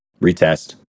retest